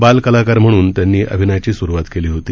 बाल कलाकार म्हणून त्यांनी अभिनयाची स्रुवात केली होती